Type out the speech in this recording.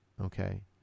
okay